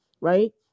right